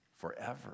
forever